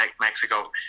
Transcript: Mexico